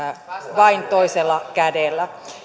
vain toisella kädellä